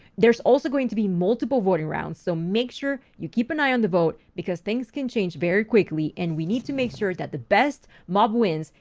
there's also going to be multiple voting rounds, so make sure you keep an eye on the vote because things can change very quickly. and we need to make sure that the best mob wins.